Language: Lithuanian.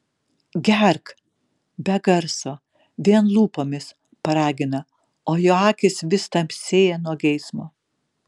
gerk be garso vien lūpomis paragina o jo akys vis tamsėja nuo geismo